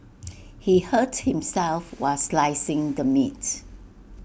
he hurt himself while slicing the meat